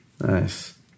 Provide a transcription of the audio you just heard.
nice